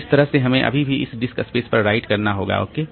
तो इस तरह से हमें अभी भी इसे डिस्क स्पेस पर राइट करना होगा ओके